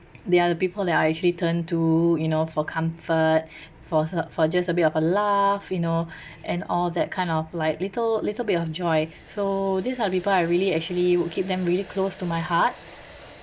they are the people that I actually turn to you know for comfort for se~ for just a bit of a laugh you know and all that kind of like little little bit of joy so these are people I really actually would keep them really close to my heart